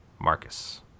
Marcus